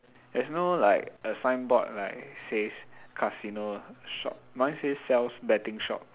there's no like a signboard like says casino shop mine says sells betting shop